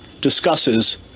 discusses